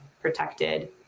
protected